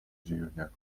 dziwnie